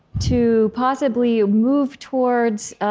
to possibly move towards